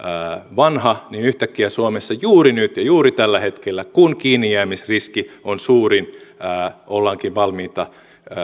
vanha niin yhtäkkiä suomessa juuri nyt ja juuri tällä hetkellä kun kiinnijäämisriski on suurin ollaankin valmiita